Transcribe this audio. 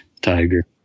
Tiger